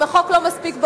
אם החוק לא מספיק ברור,